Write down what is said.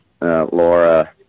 Laura